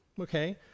okay